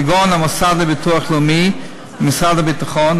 כגון המוסד לביטוח לאומי ומשרד הביטחון,